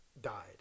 died